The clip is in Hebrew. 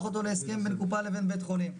אותו להסכם בין קופה לבין בית חולים.